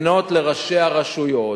לפנות לראשי הרשויות,